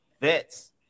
vets